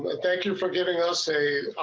but thank you for giving us a.